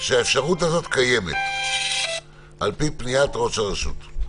האפשרות הזאת קיימת על פי פניית ראש הרשות.